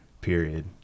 period